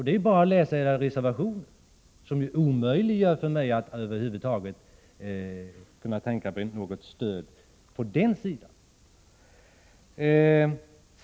Det är ju bara att läsa era reservationer, som omöjliggör för mig att över huvud taget tänka mig något stöd till den sidan.